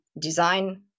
design